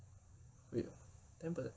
wait ten per~